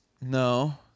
No